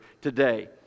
today